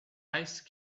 ice